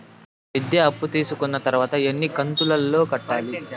విద్య అప్పు తీసుకున్న తర్వాత ఎన్ని కంతుల లో కట్టాలి?